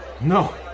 No